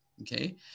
okay